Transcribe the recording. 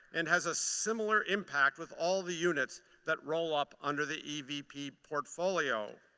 and has a similar impact with all the units that roll up under the evp portfolio.